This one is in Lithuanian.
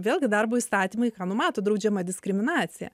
vėlgi darbo įstatymai ką numato draudžiama diskriminacija